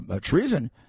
treason